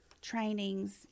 trainings